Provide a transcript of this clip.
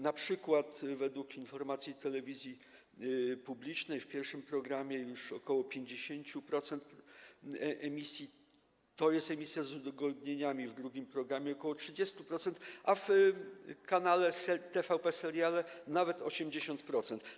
Na przykład według informacji telewizji publicznej w pierwszym programie już ok. 50% emisji to emisje z udogodnieniami, w drugim programie - ok. 30%, a na kanale TVP Seriale - nawet 80%.